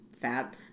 fat